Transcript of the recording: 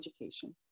education